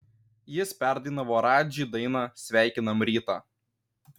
jis perdainavo radži dainą sveikinam rytą